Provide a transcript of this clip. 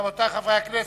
רבותי, חברי הכנסת,